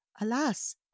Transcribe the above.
Alas